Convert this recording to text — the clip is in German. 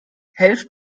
helft